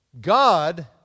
God